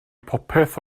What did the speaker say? popeth